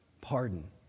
pardon